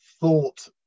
thought